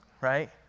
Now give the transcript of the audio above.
right